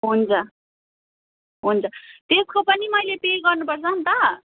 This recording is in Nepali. हुन्छ हुन्छ त्यसको पनि मैले पे गर्नुपर्छ अन्त